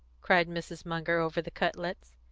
cried mrs. munger, over the cutlets.